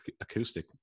acoustic